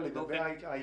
לא, לגבי העיכוב.